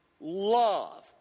Love